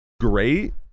great